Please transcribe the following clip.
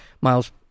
miles